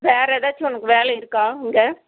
வேறு எதாச்சும் உனக்கு வேலை இருக்கா அங்கே